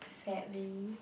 sadly